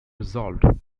resolved